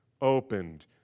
opened